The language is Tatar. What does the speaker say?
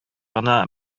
гына